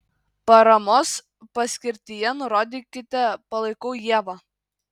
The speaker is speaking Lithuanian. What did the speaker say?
paramos paskirtyje nurodykite palaikau ievą